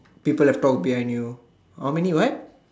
people have talked behind you how many what